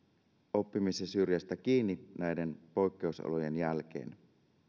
oppimisen syrjästä kiinni näiden poikkeusolojen jälkeen